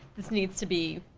this needs to be,